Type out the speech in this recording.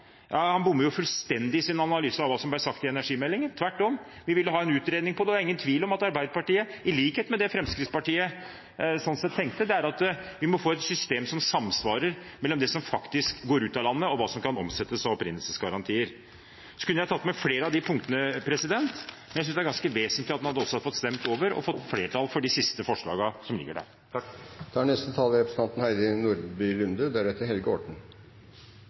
han fullstendig i sin analyse av hva som ble sagt i energimeldingen. Tvert om, vi ville ha en utredning, og det er ingen tvil om at Arbeiderpartiet, i likhet med Fremskrittspartiet, tenker at vi må få et system med samsvar mellom det som faktisk går ut av landet, og hva som kan omsettes av opprinnelsesgarantier. Jeg kunne tatt med flere av de punktene, men jeg synes det er ganske vesentlig at man har fått stemt over og fått flertall for de siste forslagene som ligger der.